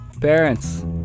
parents